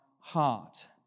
heart